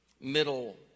middle